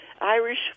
Irish